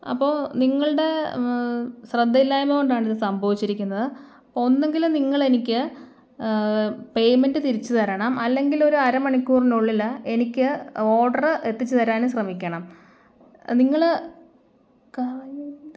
അപ്പോൾ നിങ്ങള്ടെ ശ്രദ്ധയില്ലായ്മ കൊണ്ടാണ് ഇത് സംഭവിച്ചിരിക്കുന്നത് ഒന്നെങ്കിലും നിങ്ങളെനിക്ക് പെയ്മെൻറ്റ് തിരിച്ചു തരണം അല്ലെങ്കില് ഒരരമണിക്കൂറിനുള്ളില് എനിക്ക് ഓർഡറ് എത്തിച്ചു തരാനും ശ്രമിക്കണം നിങ്ങള്